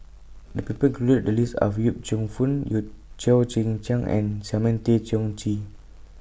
The People included in The list Are Yip Cheong Fun Cheo Chai Hiang and Simon Tay Seong Chee